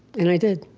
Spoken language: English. and i did